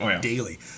daily